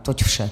Toť vše.